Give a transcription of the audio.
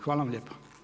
Hvala vam lijepo.